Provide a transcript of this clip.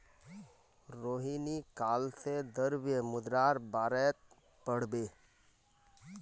रोहिणी काल से द्रव्य मुद्रार बारेत पढ़बे